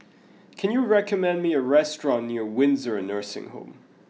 can you recommend me a restaurant near Windsor Nursing Home